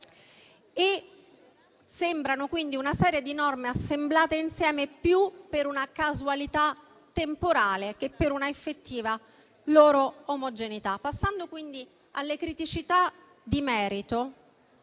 essere di fronte a una serie di norme assemblate insieme più per una casualità temporale, che per un'effettiva loro omogeneità. Passando alle criticità di merito,